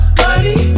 money